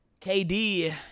KD